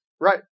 Right